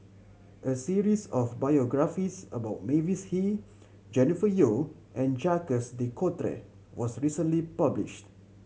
a series of biographies about Mavis Hee Jennifer Yeo and Jacques De Coutre was recently published